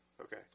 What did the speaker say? Okay